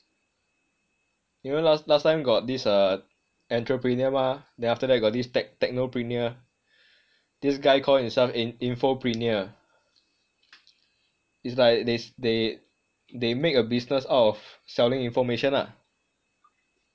you know last last time got this uh entrepreneur mah then after that got this tech technoprenuer this guy call him i~ infopreneur it's like they they they make a business out of selling information lah